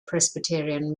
presbyterian